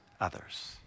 others